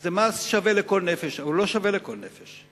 זה מס שווה לכל נפש, אבל הוא לא שווה לכל נפש.